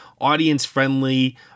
audience-friendly